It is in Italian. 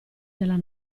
della